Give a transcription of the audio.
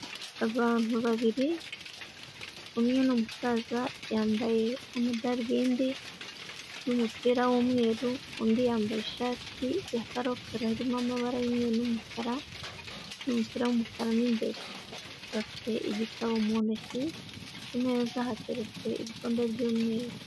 Abantu babiri umwe ni umusaza yambaye amadarubindi n'umupira w'umweru, undi yambaye ishati ya karokaro harimo amabara y'umweru n'umukara n'umupira w'umukara mu imbere, bafite igitabo mu ntoki ku meza hateretse ibikombe by'umweru.